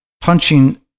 punching